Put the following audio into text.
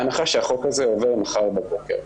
בהנחה שהחוק הזה עובר מחר בבוקר,